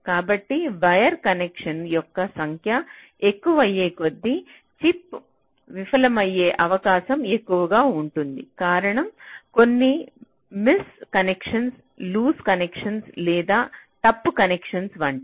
కాబట్టి wire connection యొక్క సంఖ్య ఎక్కువయ్యేకొద్దీ చిప్ విఫలమయ్యే అవకాశం ఎక్కువగా ఉంటుంది కారణం కొన్ని మిస్ కనెక్షన్ లూజ్ కనెక్షన్ లేదా తప్పు కనెక్షన్ వంటివి